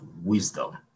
wisdom